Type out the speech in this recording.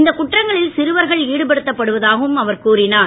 இந்த குற்றங்களில் சிறுவர்கன் ஈடுபடுத்தப்படுவதாகவும் அவர் கூறினார்